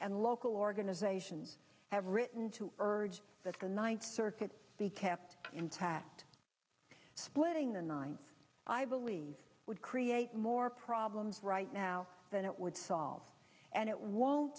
and local organizations have written to urge that the ninth circuit be kept intact splitting the ninth i believe would create more problems right now than it would solve and it won't